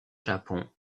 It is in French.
japon